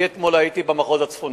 אני הייתי אתמול במחוז הצפוני.